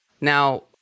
Now